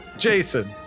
Jason